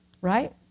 right